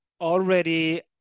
already